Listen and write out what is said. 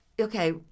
okay